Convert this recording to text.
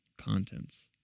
contents